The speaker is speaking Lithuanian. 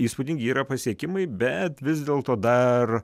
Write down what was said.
įspūdingi yra pasiekimai bet vis dėlto dar